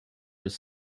his